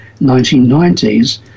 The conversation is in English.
1990s